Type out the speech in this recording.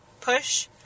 push